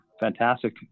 Fantastic